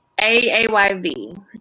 AAYV